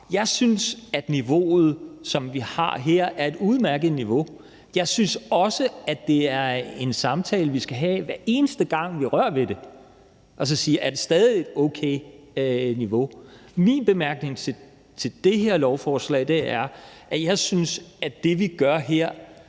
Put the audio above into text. Jeg synes, at niveauet, som vi har her, er et udmærket niveau. Jeg synes også, at det er en samtale, vi skal have hver eneste gang, vi rører ved det, og så sige: Er det stadig et okay niveau? Min bemærkning til det her lovforslag er, at jeg synes, at det, vi gør her,